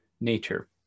nature